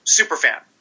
Superfan